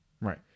Right